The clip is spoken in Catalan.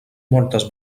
moltes